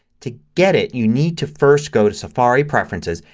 to get it you need to first go to safari preferences.